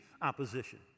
Opposition